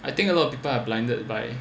I think a lot of people are blinded by